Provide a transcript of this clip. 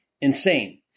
Insane